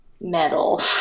metal